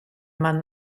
man